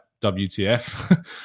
WTF